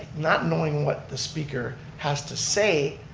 not knowing what the speaker has to say,